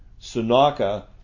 Sunaka